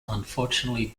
unfortunately